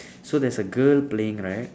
so there's a girl playing right